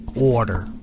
order